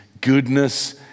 goodness